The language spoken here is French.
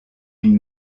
une